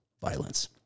violence